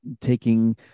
taking